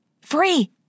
Free